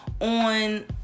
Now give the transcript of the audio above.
on